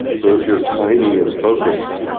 so if you are tiny and focused,